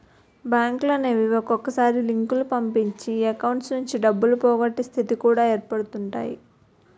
బ్యాంకులనేవి ఒక్కొక్కసారి లింకులు పంపించి అకౌంట్స్ నుంచి డబ్బులు పోగొట్టే స్థితి కూడా ఏర్పడుతుంటాయి